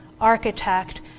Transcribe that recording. architect